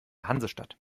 hansestadt